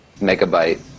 megabyte